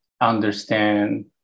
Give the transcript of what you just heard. understand